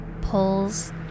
pulls